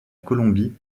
colombie